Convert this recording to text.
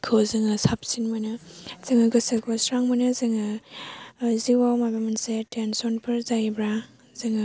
खौ जोङो साबसिन मोनो जोङो गोसोखौ स्रां मोनो जोङो जिउआव माबा मोनसे थेनसनफोर जायोबा जोङो